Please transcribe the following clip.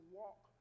walk